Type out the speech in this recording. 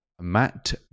Matt